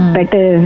Better